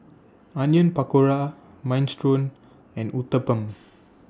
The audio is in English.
Onion Pakora Minestrone and Uthapam